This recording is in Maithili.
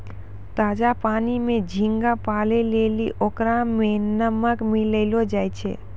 ताजा पानी में झींगा पालै लेली ओकरा में नमक मिलैलोॅ जाय छै